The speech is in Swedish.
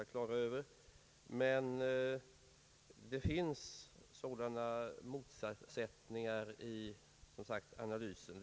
Men jag tror att det finns sådana motsättningar i analysen.